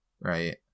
right